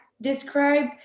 describe